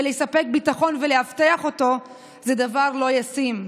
לספק ביטחון ולאבטח אותו זה דבר לא ישים,